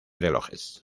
relojes